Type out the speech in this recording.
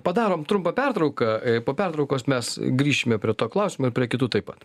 padarom trumpą pertrauką į po pertraukos mes grįšime prie to klausimo ir prie kitų taip pat